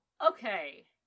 okay